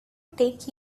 take